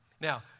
Now